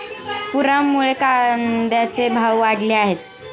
पुरामुळे कांद्याचे भाव वाढले आहेत